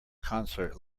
concert